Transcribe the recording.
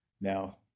now